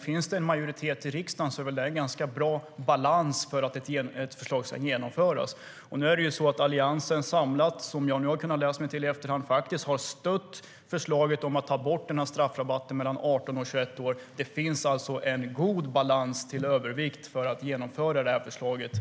Finns det en majoritet i riksdagen är det väl en ganska bra balans för att ett förslag ska genomföras. Vad jag kunnat läsa mig till i efterhand har den samlade Alliansen stött förslaget om att ta bort straffrabatten för dem mellan 18 och 21 år. Det finns alltså en god balans och en övervikt för att genomföra förslaget.